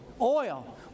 Oil